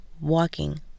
walking